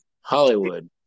Hollywood